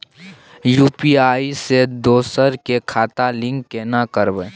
UPI से दोसर के खाता लिंक केना करबे?